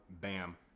Bam